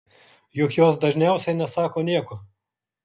juk jos dažniausiai nesako nieko